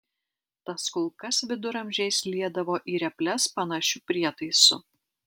tas kulkas viduramžiais liedavo į reples panašiu prietaisu